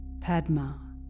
Padma